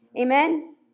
Amen